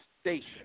station